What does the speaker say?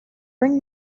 bring